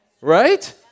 right